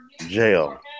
Jail